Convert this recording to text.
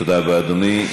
תודה רבה, אדוני.